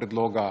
predloga